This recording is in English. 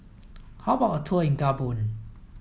how about a tour in Gabon